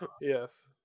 yes